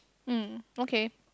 mm okay